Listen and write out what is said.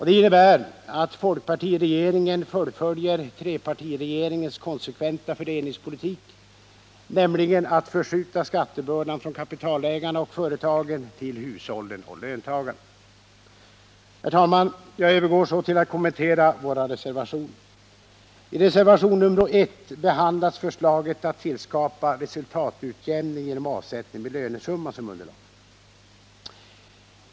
Det innebär att folkpartiregeringen fullföljer trepartiregeringens konsekventa fördelningspolitik, nämligen att förskjuta skattebördan från kapitalägarna och företagen till hushållen och löntagarna. Herr talman! Jag övergår så till att kommentera våra reservationer. I reservation nr 1 behandlas förslaget att tillskapa resultatutjämning genom avsättning med lönesumman som underlag.